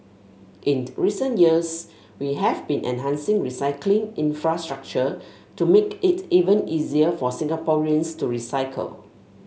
in recent years we have been enhancing recycling infrastructure to make it even easier for Singaporeans to recycle